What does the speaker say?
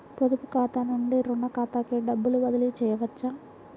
పొదుపు ఖాతా నుండీ, రుణ ఖాతాకి డబ్బు బదిలీ చేయవచ్చా?